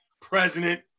President